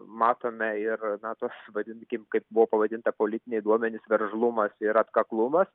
matome ir na tuos vadinkim kaip buvo pavadinta politiniai duomenys veržlumas ir atkaklumas